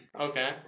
Okay